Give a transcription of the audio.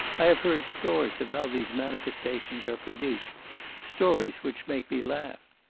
i have heard stories of how these manifestations are produced stories which make me laugh.